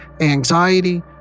anxiety